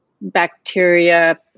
bacteria